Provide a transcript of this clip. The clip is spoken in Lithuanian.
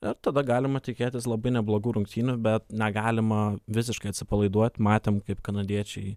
ir tada galima tikėtis labai neblogų rungtynių bet negalima visiškai atsipalaiduot matėm kaip kanadiečiai